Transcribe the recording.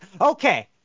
Okay